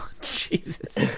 Jesus